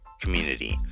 community